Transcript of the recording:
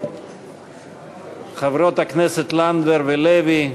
חברות הכנסת לנדבר ולוי.